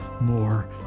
more